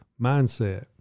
mindset